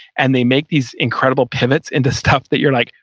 and they make these incredible pivots into stuff that you're like,